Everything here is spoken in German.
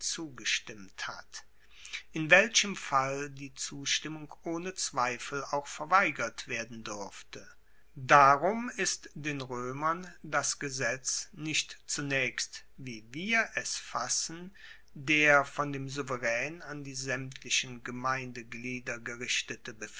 zugestimmt hat in welchem fall die zustimmung ohne zweifel auch verweigert werden durfte darum ist den roemern das gesetz nicht zunaechst wie wir es fassen der von dem souveraen an die saemtlichen gemeindeglieder gerichtete